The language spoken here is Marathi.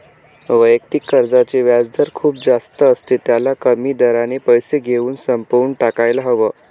वैयक्तिक कर्जाचे व्याजदर खूप जास्त असते, त्याला कमी दराने पैसे घेऊन संपवून टाकायला हव